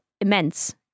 immense